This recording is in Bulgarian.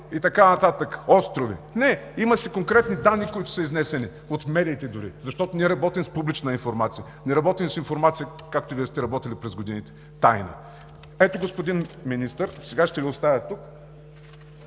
и така нататък. Не! Има си конкретни данни, които са изнесени от медиите дори, защото ние работим с публична информация. Не работим с информация както Вие сте работили през годините – тайно. Ето, господин Министър, сега ще Ви я оставя тук.